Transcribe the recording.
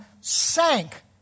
sank